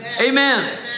Amen